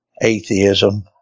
atheism